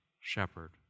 shepherd